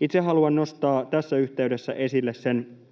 Itse haluan nostaa tässä yhteydessä esille sen